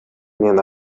мен